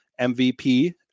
MVP